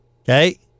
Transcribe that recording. Okay